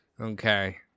Okay